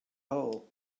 hole